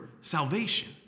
salvation